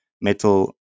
metal